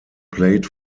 played